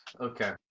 Okay